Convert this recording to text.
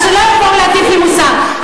אז שלא יבואו להטיף לי מוסר.